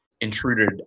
intruded